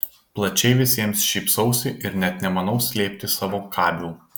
plačiai visiems šypsausi ir net nemanau slėpti savo kabių